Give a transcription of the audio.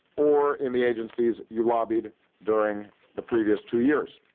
or in the agencies you lobbied during the previous two years.